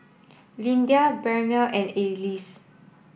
Lyndia Marybelle and Alease